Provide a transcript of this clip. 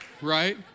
right